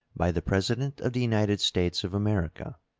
by the president of the united states of america.